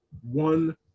one